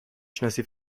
شناسی